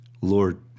Lord